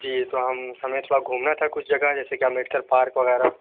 جی تو ہم ہمیں تھوڑا گھومنا تھا کچھ جگہ جیسے کہ امبیدکر پارک وغیرہ